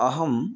अहं